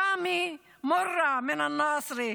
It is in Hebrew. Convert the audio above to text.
רמי מורה מנצרת,